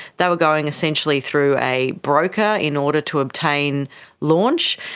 they were going essentially through a broker in order to obtain launch.